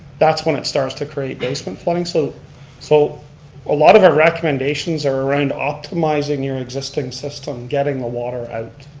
that's when it starts to create basement flooding. so so a lot of our recommendations are around optimizing your existing system, getting the water out.